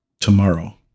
tomorrow